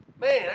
Man